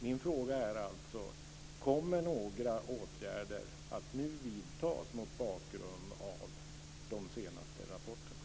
Min fråga är alltså: Kommer några åtgärder att nu vidtas mot bakgrund av de senaste rapporterna?